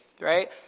right